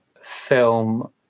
film